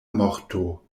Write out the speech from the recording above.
morto